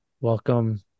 welcome